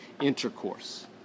intercourse